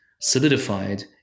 solidified